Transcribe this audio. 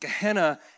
Gehenna